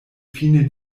fine